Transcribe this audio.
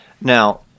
Now